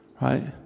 Right